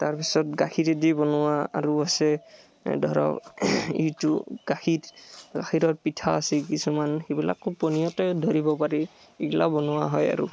তাৰ পিছত গাখীৰেদি বনোৱা আৰু আছে ধৰক এইটো গাখীৰ গাখীৰৰ পিঠা আছে কিছুমান সেইবিলাকো পনীয়াতে ধৰিব পাৰি এইগিলা বনোৱা হয় আৰু